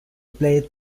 played